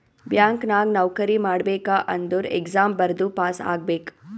bank ನಾಗ್ ನೌಕರಿ ಮಾಡ್ಬೇಕ ಅಂದುರ್ ಎಕ್ಸಾಮ್ ಬರ್ದು ಪಾಸ್ ಆಗ್ಬೇಕ್